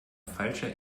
falscher